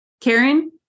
Karen